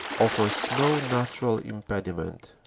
offers no natural impediment.